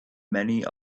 many